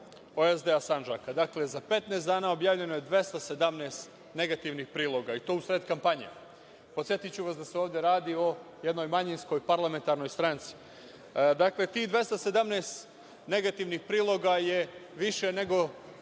SDA Sandžaka. Dakle, za 15 dana objavljeno je 217 negativnih priloga, i to u sred kampanje. Podsetiću vas da se ovde radi o jednoj manjinskoj parlamentarnoj stranci. Dakle, tih 217 negativnih priloga je više nego